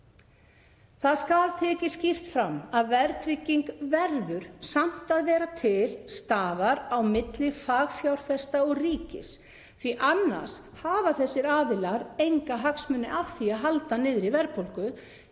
Það skal tekið skýrt fram að verðtrygging verður samt að vera til staðar á milli fagfjárfesta og ríkis því annars hafa þessir aðilar enga hagsmuni af því að halda niðri verðbólgu